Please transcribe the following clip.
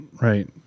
right